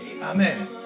amen